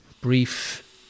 brief